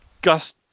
Gus